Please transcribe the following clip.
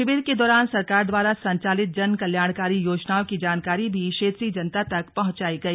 शिविर के दौरान सरकार द्वारा संचालित जन कल्याणकारी योजनाओं की जानकारी भी क्षेत्रीय जनता तक पहुंचाई गई